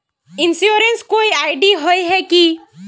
Insurance कोई ID होय है की?